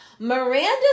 Miranda